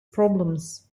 problems